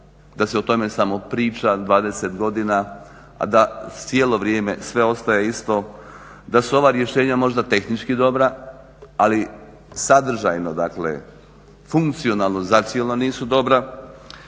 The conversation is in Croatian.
da se o tome samo priča 20 godina, a da cijelo vrijeme sve ostaje isto, da su ova rješenja možda tehnički dobra, ali sadržajno funkcionalno zacijelo nisu dobra.